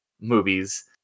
movies